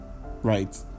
Right